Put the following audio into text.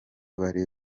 bari